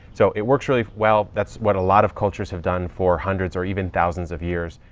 so it works really well. that's what a lot of cultures have done for hundreds or even thousands of years.